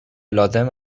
لازم